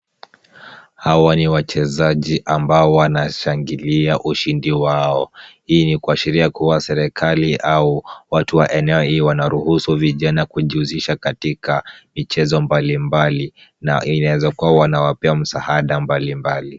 Hawa ni wachezaji ambao wanashangilia ushindi wao. Hii ni kuashiria kuwa serikali au watu wa eneo hii wanaruhusu vijana kujihusisha katika michezo mbalimbali na inaweza kuwa wanawapea msaada mbalimbali.